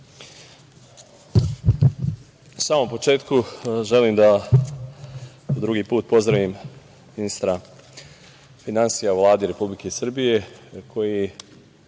samom početku želim da drugi put pozdravim ministra finansija u Vladi Republike Srbije koji